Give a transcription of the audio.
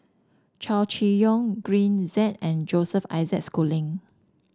Chow Chee Yong Green Zeng and Joseph Isaac Schooling